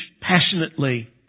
passionately